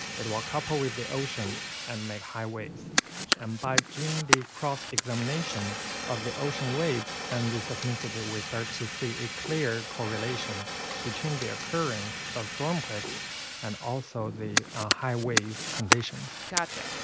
it will couple with the ocean and make high waves gotcha and by doing the cross-examination of the ocean waves and the seismicity, we start to see a clear correlation between the occurrence of stormquakes and also the high-wave conditions gotcha.